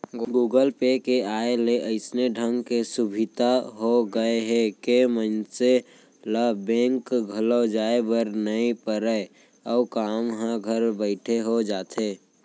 Google Pay के आय ले अइसन ढंग के सुभीता हो गए हे के मनसे ल बेंक घलौ जाए बर नइ परय अउ काम ह घर बइठे हो जाथे